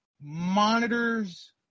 Monitors